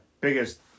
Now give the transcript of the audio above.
Biggest